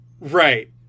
Right